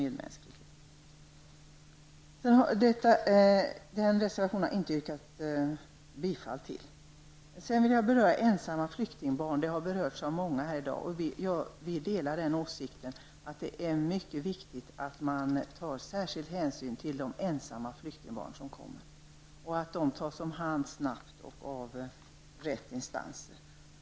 Den reservation där detta tas upp har jag inte yrkat bifall till. Jag vill därefter ta upp frågan om de ensamma flyktingbarnen, vilket har berörts av många här i dag. Vi från miljöpartiet delar uppfattningen att det är mycket viktigt att man tar särskild hänsyn till de ensamma flyktingbarn som kommer till Sverige och att de tas om hand snabbt och av rätt instanser.